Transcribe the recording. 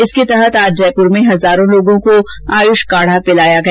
इसके तहत आज जयप्र में हजारों लोगों को आयुष काढा पिलाया गया